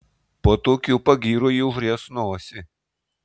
po tokių pagyrų ji užries nosį